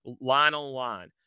line-on-line